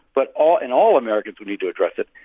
but all and all americans need to address it.